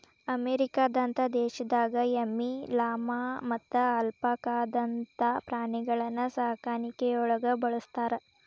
ಅಮೇರಿಕದಂತ ದೇಶದಾಗ ಎಮ್ಮಿ, ಲಾಮಾ ಮತ್ತ ಅಲ್ಪಾಕಾದಂತ ಪ್ರಾಣಿಗಳನ್ನ ಸಾಕಾಣಿಕೆಯೊಳಗ ಬಳಸ್ತಾರ